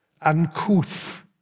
uncouth